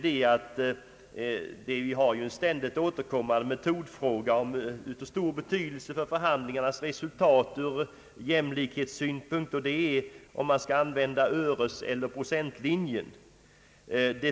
Vi har en ständigt återkommande metodfråga av stor betydelse för avtalsförhandlingarnas resultat från jämlikhetssynpunkt, nämligen om man skall använda öreslinjen eller procenilinjen.